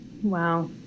wow